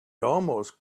almost